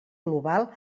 global